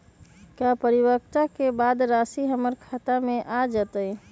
का परिपक्वता के बाद राशि हमर खाता में आ जतई?